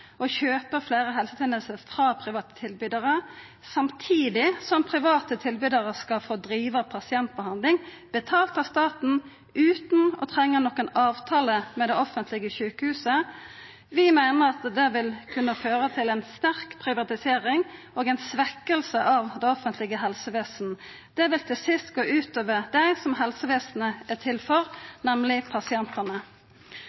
å kjøpa fleire helsetenester frå private tilbydarar, samtidig som private tilbydarar skal få driva pasientbehandling, betalt av staten − utan å trenga nokon avtale med det offentlege sjukehuset. Vi meiner at det vil kunna føra til ei sterk privatisering og ei svekking av det offentlege helsevesenet. Det vil til sist gå ut over dei som helsevesenet er